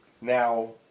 now